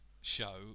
show